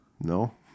No